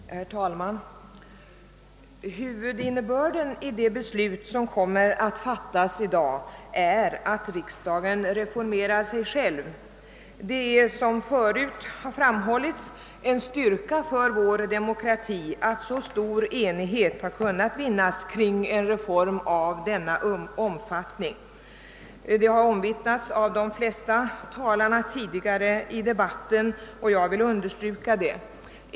Herr talman! Huvudinnebörden i det beslut som kommer att fattas i dag är att riksdagen reformerar sig själv. Som förut framhållits är det en styrka för vår demokrati att så stor enighet har kunnat vinnas om en reform av denna omfattning. Det har omvittnats av de tidigare talarna och jag vill understryka det.